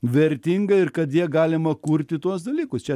vertinga ir kad ja galima kurti tuos dalykus čia